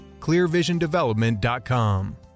clearvisiondevelopment.com